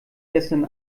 gestern